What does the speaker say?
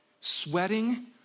sweating